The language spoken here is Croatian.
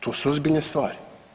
To su ozbiljne stvari.